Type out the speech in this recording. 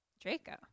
Draco